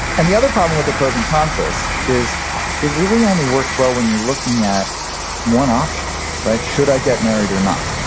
and the other problem with the pros and cons list is it really only works well when you're looking at one option right. should i get married or not,